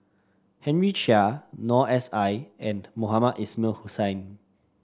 Henry Chia Noor S I and Mohamed Ismail Hussain